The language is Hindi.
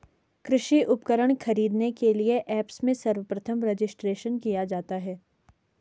कृषि उपकरण खरीदने के लिए ऐप्स में सर्वप्रथम रजिस्ट्रेशन किया जाता है